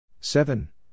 seven